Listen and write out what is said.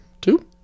Two